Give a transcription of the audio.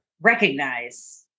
recognize